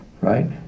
right